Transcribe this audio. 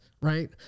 right